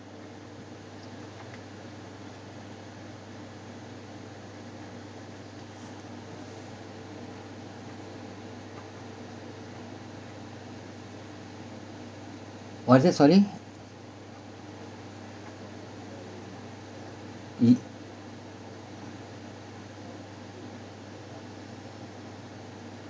was it sorry he